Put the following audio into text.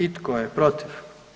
I tko je protiv?